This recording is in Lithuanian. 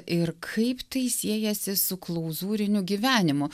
ir kaip tai siejasi su klauzūriniu gyvenimu